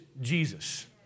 Jesus